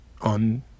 on